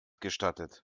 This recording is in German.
gestattet